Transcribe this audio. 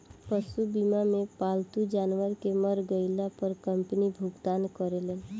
पशु बीमा मे पालतू जानवर के मर गईला पर कंपनी भुगतान करेले